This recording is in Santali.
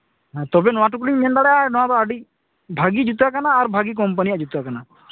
ᱛᱚᱵᱮ ᱱᱚᱣᱟ ᱴᱩᱠᱩᱞᱤᱧ ᱢᱮᱱ ᱫᱟᱲᱮᱭᱟᱜᱼᱟ ᱱᱚᱣᱟ ᱫᱚ ᱟᱹᱰᱤ ᱵᱷᱟᱹᱜᱤ ᱡᱩᱛᱟᱹ ᱠᱟᱱᱟ ᱟᱨ ᱵᱷᱟᱹᱜᱤ ᱠᱳᱢᱯᱟᱱᱤᱭᱟᱜ ᱡᱩᱛᱟᱹ ᱠᱟᱱᱟ